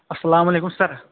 اَسَلامُ علیکُم سَر